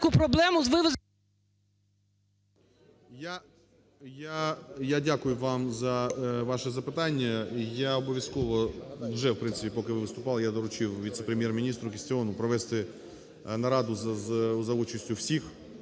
Я дякую вам за ваше запитання. Я обов'язково, вже, в принципі, поки ви виступали, я доручив віце-прем'єр міністру Кістіону провести нараду за участю всіх.